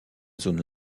zone